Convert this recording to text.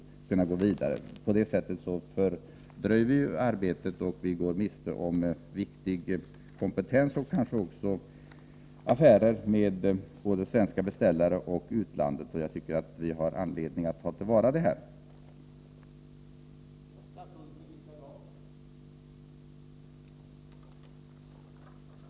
På det sätter fördröjer vi arbetet och går miste om möjligheter att skaffa viktig kompetens och kanske också om affärer med både svenska beställare och utlandet. Jag tycker att vi har anledning att ta till vara våra möjligheter på detta område.